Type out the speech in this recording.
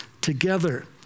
together